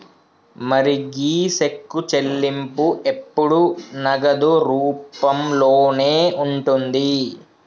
మరి గీ సెక్కు చెల్లింపు ఎప్పుడు నగదు రూపంలోనే ఉంటుంది